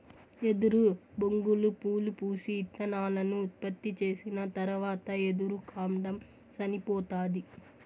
ఎదురు బొంగులు పూలు పూసి, ఇత్తనాలను ఉత్పత్తి చేసిన తరవాత ఎదురు కాండం సనిపోతాది